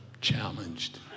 challenged